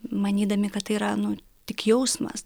manydami kad tai yra nu tik jausmas